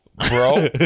Bro